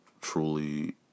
truly